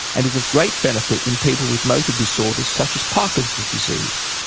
and is of great benefit in people with motor disorders such as parkinson's disease,